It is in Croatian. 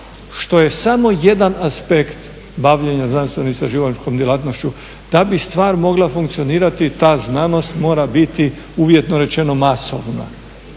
što je samo jedan aspekt bavljenja znanstveno-istraživačkom djelatnošću. Da bi stvar mogla funkcionirati ta znanost mora biti uvjetno rečeno masovna.